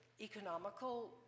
economical